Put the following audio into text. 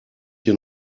hier